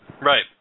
Right